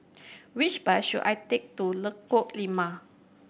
which bus should I take to Lengkong Lima